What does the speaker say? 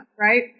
Right